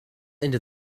into